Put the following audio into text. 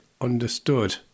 understood